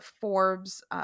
Forbes